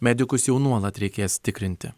medikus jau nuolat reikės tikrinti